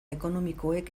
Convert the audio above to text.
ekonomikoek